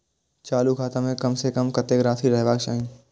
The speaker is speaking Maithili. चालु खाता में कम से कम कतेक राशि रहबाक चाही?